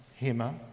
Hema